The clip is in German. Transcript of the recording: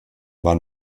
war